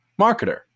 marketer